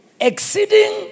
exceeding